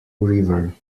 river